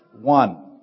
One